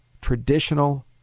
traditional